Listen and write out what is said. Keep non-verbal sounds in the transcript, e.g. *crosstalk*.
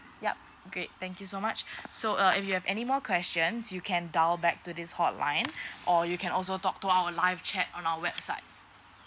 yup great thank you so much *breath* so uh if you have any more questions you can dial back to this hotline *breath* or you can also talk to our live chat on our website